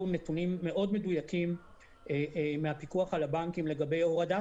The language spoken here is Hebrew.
נתונים מאוד מדויקים מהפיקוח על הבנקים לגבי הורדת